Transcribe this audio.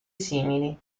simili